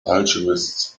alchemists